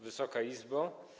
Wysoka Izbo!